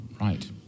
Right